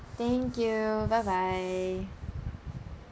thank you bye bye